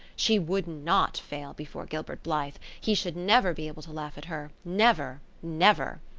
she would not fail before gilbert blythe he should never be able to laugh at her, never, never!